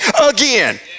again